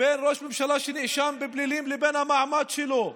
בין ראש ממשלה שנאשם בפלילים לבין המעמד שלו.